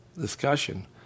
discussion